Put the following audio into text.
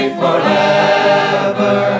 forever